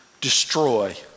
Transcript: destroy